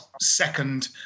second